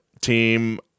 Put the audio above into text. team